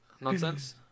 nonsense